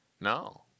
No